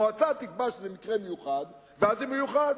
המועצה תקבע שזה מקרה מיוחד, ואז זה מיוחד.